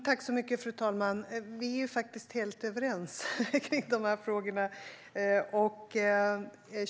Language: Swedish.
Fru talman! Vi är faktiskt helt överens kring dessa frågor.